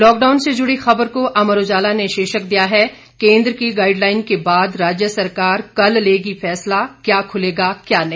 lockdown से जुड़ी खबर को अमर उजाला ने शीर्षक दिया है केंद्र की गाइडलाइन के बाद राज्य सरकार कल लेगी फैसला क्या खुलेगा क्या नहीं